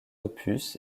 opus